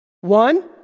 One